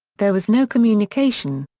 there was no communication.